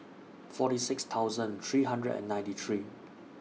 forty six thousand three hundred and ninety three